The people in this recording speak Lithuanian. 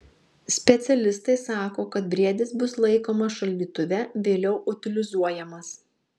specialistai sako kad briedis bus laikomas šaldytuve vėliau utilizuojamas